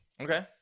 Okay